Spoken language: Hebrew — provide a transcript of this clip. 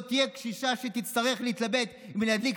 לא תהיה קשישה שתצטרך להתלבט אם להדליק